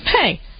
Hey